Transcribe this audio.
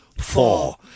four